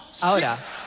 Ahora